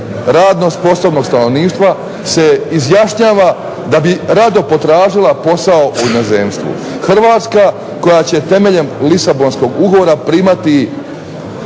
radno sposobnog stanovništva se izjašnjava da bi rado potražila posao u inozemstvu. Hrvatska koja će na temeljem Lisabosnkog ugovora primati